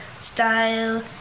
style